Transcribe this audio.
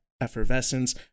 effervescence